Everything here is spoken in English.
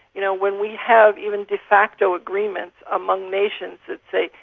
you know, when we have even de facto agreements among nations that say,